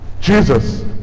Jesus